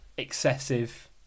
Excessive